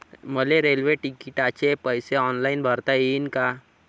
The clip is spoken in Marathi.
मले रेल्वे तिकिटाचे पैसे ऑनलाईन भरता येईन का?